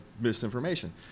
misinformation